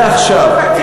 ועכשיו,